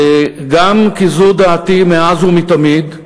זו דעתי מאז ומתמיד,